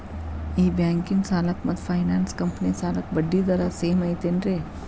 ಈ ಬ್ಯಾಂಕಿನ ಸಾಲಕ್ಕ ಮತ್ತ ಫೈನಾನ್ಸ್ ಕಂಪನಿ ಸಾಲಕ್ಕ ಬಡ್ಡಿ ದರ ಸೇಮ್ ಐತೇನ್ರೇ?